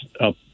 up